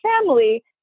family